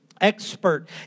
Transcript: expert